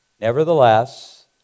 nevertheless